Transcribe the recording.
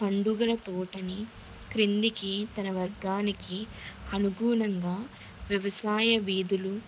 పండుగల తోటని క్రిందికి తన వర్గానికి అనుకూలంగా వ్యవసాయ వీధులు